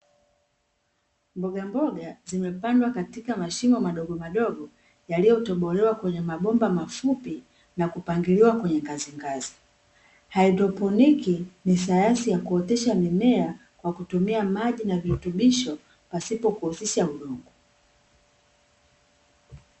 Mbogamboga zimepandwa katika matundu yaliyotobolowa kwenye bomba linapitisha maji hydroponiki ni uzalishaji bila kutumia udongo